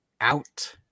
out